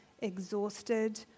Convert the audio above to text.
exhausted